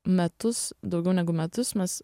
metus daugiau negu metus mes